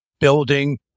building